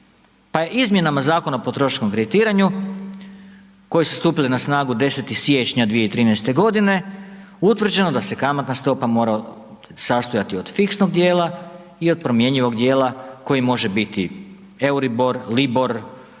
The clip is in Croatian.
Pa je izmjenama Zakona o potrošačkom kreditiranju koji su stupili na snagu 10. siječnja 2013. godine utvrđeno da se kamatna stopa mora sastojati od fiksnog dijela i od promjenjivog dijela koji može biti EURIBOR, LIBOR,